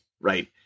right